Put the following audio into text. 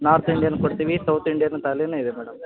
north Indian ಕೊಡ್ತೀವಿ south Indian ಥಾಲೀನು ಇದೆ ಮೇಡಮ್